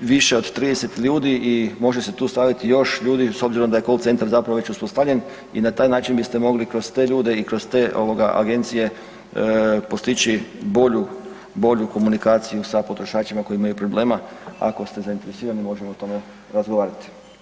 više od 30 ljudi i može se tu staviti još ljudi, s obzirom da je Call centar zapravo već uspostavljen i na taj način biste mogli kroz te ljude i kroz te agencije postići bolju komunikaciju sa potrošačima koji imaju problema, ako ste zainteresirani, možemo o tome razgovarati.